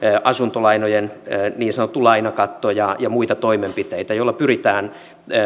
asuntolainojen niin sanottu lainakatto ja ja muita toimenpiteitä joilla pyritään